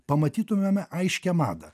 pamatytumėme aiškią madą